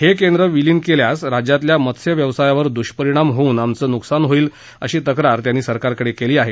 हे केंद्र विलीन केल्यास राज्यातल्या मत्स्यव्यवसायावर दुष्परिणाम होऊन आमचं नुकसान होईल अशी तक्रार त्यांनी सरकारकडे केली आहे